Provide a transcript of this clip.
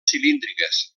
cilíndriques